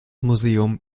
museum